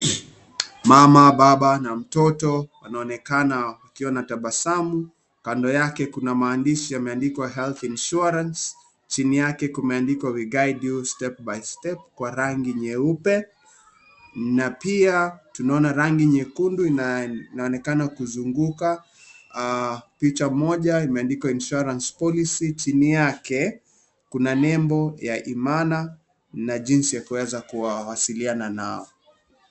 Mama , baba na mtoto wanaonekana wakiwa na tabasamu. Kando yake kuna maandishi yameandikwa health insurance . Chini yake kumeandikwa we guide you step by step kwa rangi nyeupe na pia tunaona rangi nyekundu inaonekana kuzunguka ,picha moja imeandikwa Insurance Policy chini yake kuna nembo ya imana na jinsi ya kuweza kuwasiliana nao.